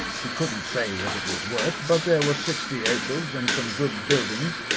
he couldn't say what it was worth, but there were sixty acres and some good buildings,